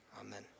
amen